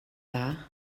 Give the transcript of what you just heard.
dda